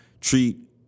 treat